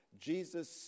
Jesus